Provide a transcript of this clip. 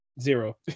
Zero